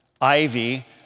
Ivy